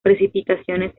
precipitaciones